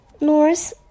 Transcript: North